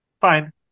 Fine